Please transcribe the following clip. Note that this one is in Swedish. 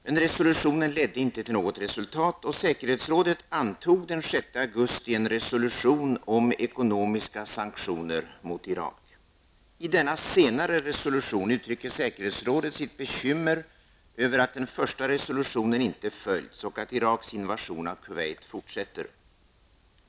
Den resolutionen ledde inte till något resultat, och säkerhetsrådet antog den 6 augusti en resolution om ekonomiska sanktioner mot Irak. I denna senare resolution uttrycker säkerhetsrådet sitt bekymmer över att den första reservationen inte följts och att Iraks invasion av Kuwait fortsätter.